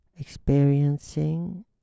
experiencing